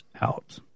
out